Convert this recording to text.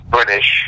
British